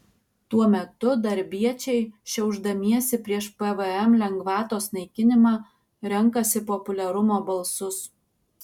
tuo metu darbiečiai šiaušdamiesi prieš pvm lengvatos naikinimą renkasi populiarumo balsus